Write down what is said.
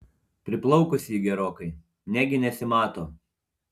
priplaukus ji gerokai negi nesimato